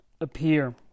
appear